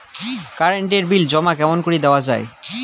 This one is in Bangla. কারেন্ট এর বিল জমা কেমন করি দেওয়া যায়?